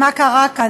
מה קרה כאן,